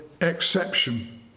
exception